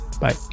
Bye